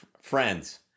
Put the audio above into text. Friends